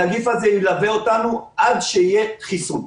הנגיף הזה ילווה אותנו עד שיהיה חיסון.